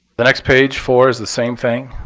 the next page, four, is the same thing,